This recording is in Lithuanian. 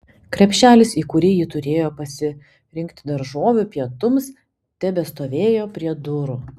krepšelis į kurį ji turėjo pasirinkti daržovių pietums tebestovėjo prie durų